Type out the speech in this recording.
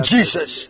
Jesus